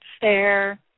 fair